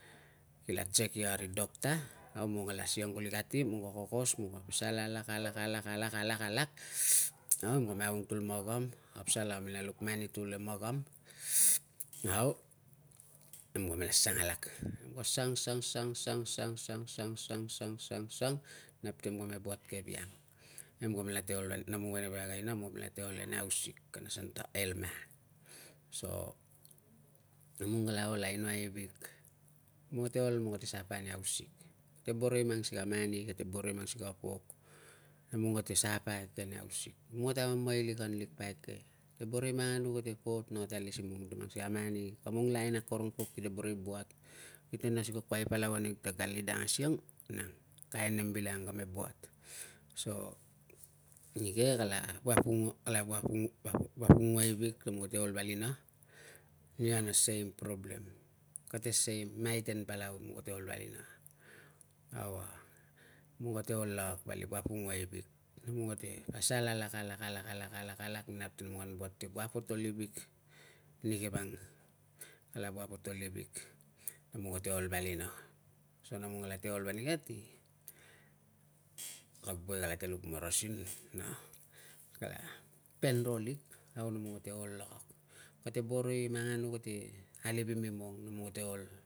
Ki la check ia ri doctor, au mong kala siang ne kuli kati mong ka kokos, mong ka pasal alak, alak, alak, alak, alak, alak au mong an ung tul magam, a pasal a mela luk moni tul e magam au nemka mela sang alak. Sang, sang, sang, sang, sang, sang, sang, sang, sang, sang, sang, nap ti mong me buat keviang, nemta me kala ol vali, nemlong vanang ve kag aina nemlong mela ol vali hausik. Kana asan ta elma. So, nemlong kala ol ainoai i week. Nemong kate ol, mong kate suffer nei hausik, kate boro i mang sikei a mani, kate boro i mang sikei a pok, nemong kate suffer eke nei hausik, nemong kate amamailikan nei pait ke. Kate boro i manganu kate buat na ka alis imong ta sikei a mani, kemlong lain akorong pok kite boro i buat, kite nas ni kokuai palau anig ta na ka ali dang asiang nang kain nem bilangang kame buat. So, nike kala apung, apung, apung, apongua i wik namem ka ol valina, nia na same problem, kate same maiten palau mong kate ol valina. Au a mong kate ol lakak vali apongua na wik nemlong kate pasal alak, alak, alak, alak, alak, alak nap ti mong an buat si apotol i wik, nike vang kapo apotol iwik nemong te ol valina, so nemlong te ol valina ti kag boi ka luk marasin na kala pen ro lik au, mong kate ol lakak. Kate boro i manganu halivim imong, mong kate ol.